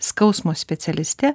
skausmo specialiste